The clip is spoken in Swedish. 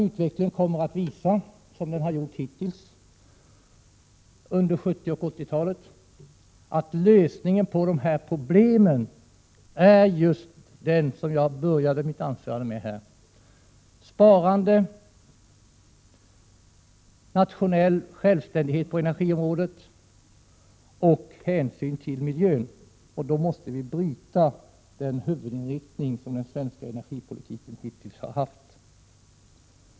Utvecklingen kommer att visa — som den har gjort hittills under 70 och 80-talet — att lösningen på dessa problem är just den som jag redovisade i början av mitt anförande: sparande, nationell självständighet på energiområdet och hänsyn till miljön. Då måste vi bryta den huvudinriktning som den svenska energipolitiken hittills har haft.